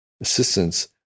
assistance